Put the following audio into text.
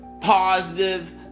positive